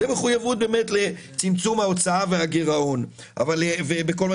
זו מחויבות לצמצום ההוצאה והגירעון בכל מה